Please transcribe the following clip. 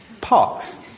parks